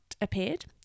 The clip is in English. appeared